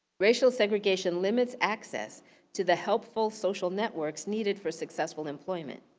racial segregation limits access to the helpful social networks needed for successful employment.